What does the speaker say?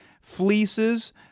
fleeces